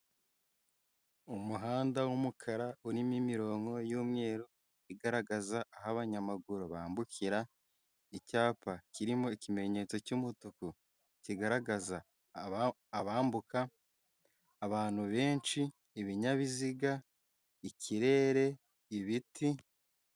Umuhanda w'umukara urimo imirongo y'umweru igaragaza aho abanyamaguru bambukira icyapa kiri mo ikimenyetso cy'umutuku kigaragaza abambuka abantu benshi ibinyabiziga, ikirere, ibiti.